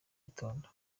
gitondo